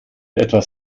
etwas